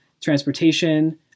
transportation